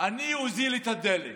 אני אוזיל את הדלק.